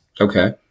Okay